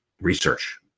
research